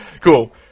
Cool